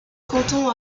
canton